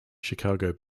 chicago